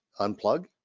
unplug